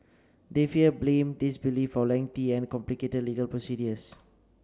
they fear blame disbelief or lengthy and complicated legal procedures